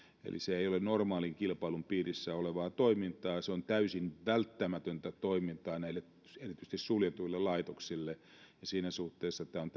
eli se ei ole normaalin kilpailun piirissä olevaa toimintaa ja se on täysin välttämätöntä toimintaa erityisesti suljetuille laitoksille ja siinä suhteessa tämä tilanne on